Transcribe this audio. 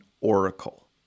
oracle